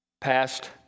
past